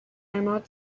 emerald